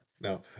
no